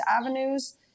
avenues